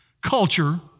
culture